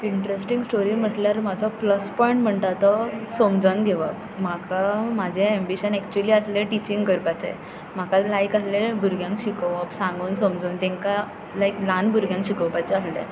interesting story म्हणल्यार म्हजो plus point म्हणटा तो समजून घेवप म्हाका म्हजें एम्बिशन एक्चुली आसलें टिचींग करपाचें म्हाका लायक आसलें भुरग्यांक शिकोवप सांगून समजोवन तांकां लायक ल्हान भुरग्यांक शिकोवपाचें आसलें